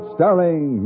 Starring